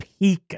Pika